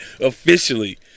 officially